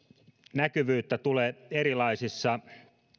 näkyvyyttä tulee erilaisissa